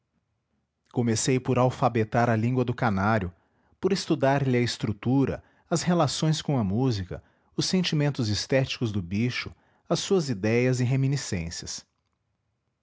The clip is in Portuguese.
comecei por alfabetar a língua do canário por estudar lhe a estrutura as relações com a música os sentimentos estéticos do bicho as suas idéias e reminiscências